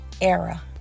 era